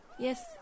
Yes